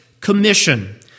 Commission